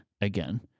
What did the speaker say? again